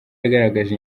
yagaragaje